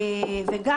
וגם,